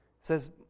says